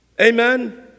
Amen